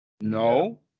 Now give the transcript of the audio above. No